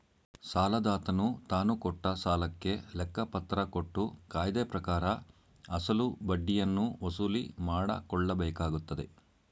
ಸಾಲದಾತನು ತಾನುಕೊಟ್ಟ ಸಾಲಕ್ಕೆ ಲೆಕ್ಕಪತ್ರ ಕೊಟ್ಟು ಕಾಯ್ದೆಪ್ರಕಾರ ಅಸಲು ಬಡ್ಡಿಯನ್ನು ವಸೂಲಿಮಾಡಕೊಳ್ಳಬೇಕಾಗತ್ತದೆ